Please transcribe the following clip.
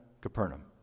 Capernaum